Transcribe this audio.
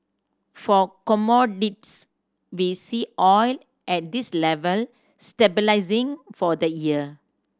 for commodities we see oil at this level stabilising for the year